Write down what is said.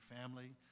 family